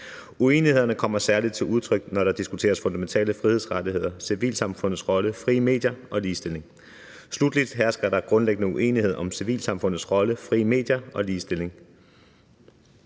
Uenighederne kommer særlig til udtryk, når der diskuteres fundamentale frihedsrettigheder, civilsamfundets rolle, frie medier og ligestilling. Sluttelig hersker der grundlæggende uenighed om civilsamfundets rolle, frie medier og ligestilling.